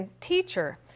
teacher